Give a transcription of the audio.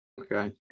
Okay